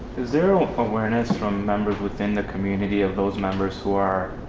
is there ah awareness from members within the community of those members who are